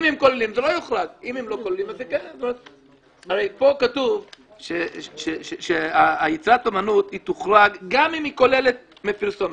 הרי פה כתוב שיצירת האומנות תוחרג גם אם כוללת פרסומת.